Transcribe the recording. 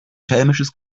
schelmisches